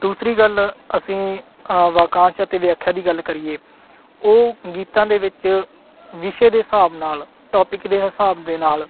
ਦੂਸਰੀ ਗੱਲ ਅਸੀਂ ਵਾਕਾਂਸ਼ ਅਤੇ ਵਿਆਖਿਆ ਦੀ ਗੱਲ ਕਰੀਏ ਉਹ ਗੀਤਾਂ ਦੇ ਵਿੱਚ ਵਿਸ਼ੇ ਦੇ ਹਿਸਾਬ ਨਾਲ ਟੋਪਿਕ ਦੇ ਹਿਸਾਬ ਦੇ ਨਾਲ